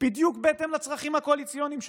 בדיוק בהתאם לצרכים הקואליציוניים שלכם.